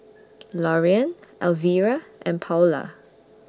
Lorean Alvira and Paola